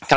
can i